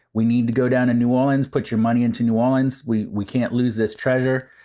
we need to go down in new orleans. put your money into new orleans. we we can't lose this treasure.